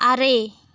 ᱟᱨᱮ